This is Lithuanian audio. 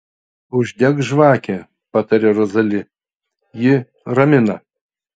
uždek žvakę pataria rozali ji ramina